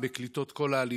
בקליטת כל העליות: